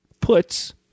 puts